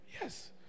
Yes